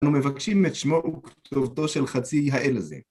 אנחנו מבקשים את שמו וכתובתו של חצי האל הזה.